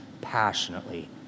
passionately